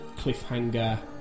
cliffhanger